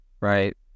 right